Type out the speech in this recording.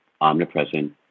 omnipresent